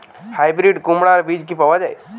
Hybrid কুমড়ার বীজ কি পাওয়া য়ায়?